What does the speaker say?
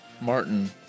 Martin